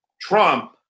Trump